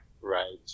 right